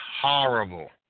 horrible